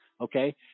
okay